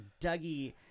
Dougie